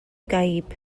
gaib